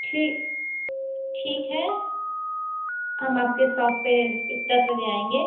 ठीक ठीक है हम आपकी शॉप पर दस बजे आएंगे